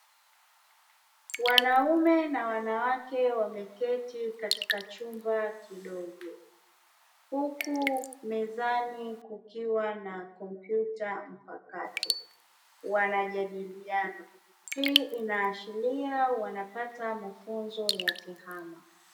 Wanaume na wanawake wameketi katika chumba kidogo huku mezani kukiwa na kompyuta mpakato wanajadiliana. Hii inaashiria wanapata mafunzo ya tehama.